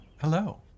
Hello